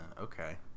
okay